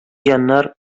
җаннар